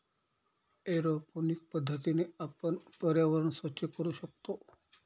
aeroponic पद्धतीने आपण पर्यावरण स्वच्छ करू शकतो